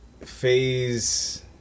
phase